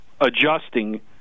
adjusting